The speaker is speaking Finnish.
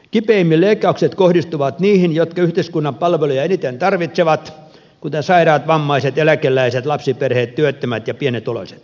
kipeimmin leikkaukset kohdistuvat niihin jotka yhteiskunnan palveluja eniten tarvitsevat kuten sairaat vammaiset eläkeläiset lapsiperheet työttömät ja pienituloiset